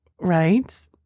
Right